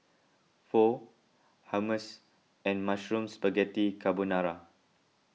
Pho Hummus and Mushroom Spaghetti Carbonara